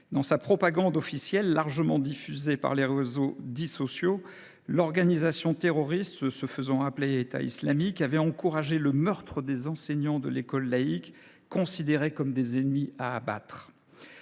Dans sa propagande officielle largement diffusée par les réseaux dits sociaux, l’organisation terroriste se faisant appeler « État islamique » avait encouragé le meurtre des enseignants de l’école laïque, considérés comme des ennemis à abattre.